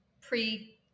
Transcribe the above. pre-